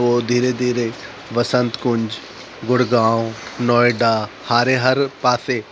पोइ धीरे धीरे वसंतकुंज गुड़गांव नोएडा हाणे हर पासे